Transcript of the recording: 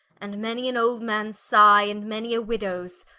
and many an old mans sighe, and many a widdowes,